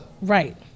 right